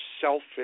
selfish